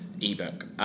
ebook